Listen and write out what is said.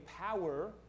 power